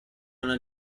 una